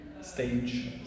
stage